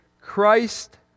Christ